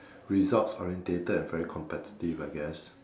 results orientated and very competitive I guess